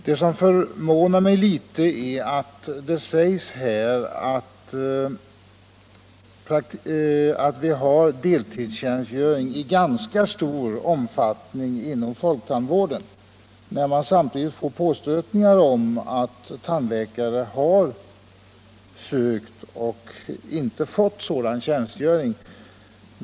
Det som förvånar mig litet är att det i svaret sägs att deltidstjänstgöring redan förekommer ”i ganska stor utsträckning inom folktandvården”, när man samtidigt får påstötningar om att tandläkare har sökt och inte fått sådan tjänstgöring.